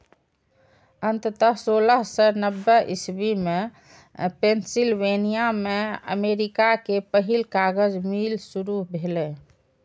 अंततः सोलह सय नब्बे इस्वी मे पेंसिलवेनिया मे अमेरिका के पहिल कागज मिल शुरू भेलै